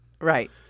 Right